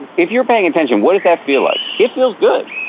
if you're paying attention, what does that feel like? it feels good.